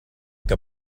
like